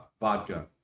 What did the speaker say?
Vodka